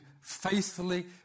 faithfully